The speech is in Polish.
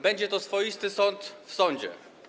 Będzie to swoisty sąd w sądzie.